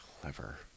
Clever